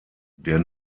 der